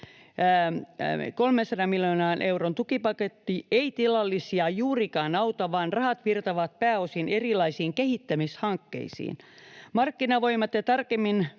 300 miljoonan euron tukipaketti ei tilallisia juurikaan auta, vaan rahat virtaavat pääosin erilaisiin kehittämishankkeisiin. Markkinavoimat ja tarkemmin